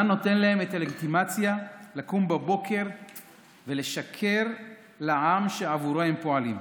מה נותן להם את הלגיטימציה לקום בבוקר ולשקר לעם שעבורו הם פועלים?